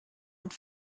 und